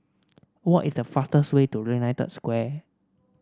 what is the fastest way to United Square